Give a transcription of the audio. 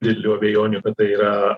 didelių abejonių kad tai yra